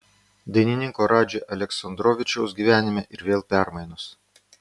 dainininko radži aleksandrovičiaus gyvenime ir vėl permainos